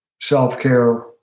self-care